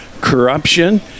corruption